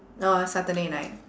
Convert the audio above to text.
orh saturday night